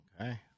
okay